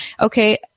Okay